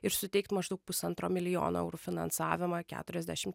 ir suteikt maždaug pusantro milijono eurų finansavimą keturiasdešimt